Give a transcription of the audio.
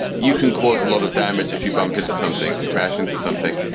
you can cause a lot of damage if you bump into something, if you crash into something.